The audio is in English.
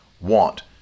want